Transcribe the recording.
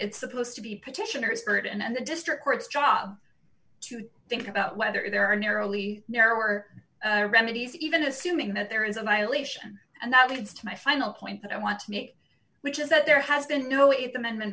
it's supposed to be petitioners for it and the district court's job to think about whether there are narrowly narrower remedies even assuming that there is a violation and that leads to my final point that i want to make which is that there has been no th amendment